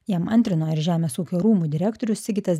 jam antrina ir žemės ūkio rūmų direktorius sigitas